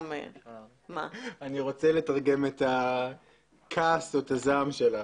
אני רוצה לתרגם את הכעס או את זעם שלך.